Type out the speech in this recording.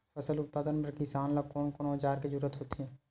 फसल उत्पादन बर किसान ला कोन कोन औजार के जरूरत होथे?